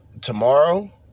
tomorrow